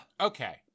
Okay